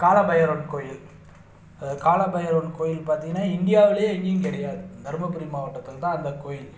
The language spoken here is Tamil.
கால பைரவன் கோயில் அதாவது கால பைரவன் கோயில் பார்த்திங்கன்னா இந்தியாவிலயே எங்கேயும் கிடையாது தர்மபுரி மாவட்டத்தில் தான் அந்த கோயில்